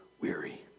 weary